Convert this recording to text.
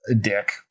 dick